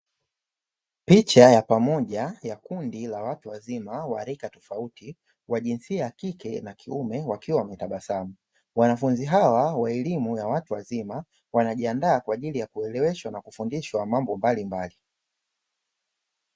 Picha ya pamoja ya kundi la watu wazima; wa rika tofauti, wa jinsia ya kike na ya kiume, wakiwa wanatabasamu. Wanafunzi hawa wa elimu ya watu wazima wanjiandaa kwa ajili ya kuelewesha na kufundishwa mambo mbalimbali.